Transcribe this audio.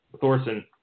Thorson